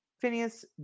Phineas